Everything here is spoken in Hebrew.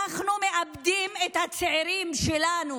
אנחנו מאבדים את הצעירים שלנו